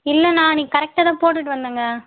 இல்லை நான் அன்னக்கு கரெக்ட்டாக தான் போட்டுவிட்டு வந்தங்க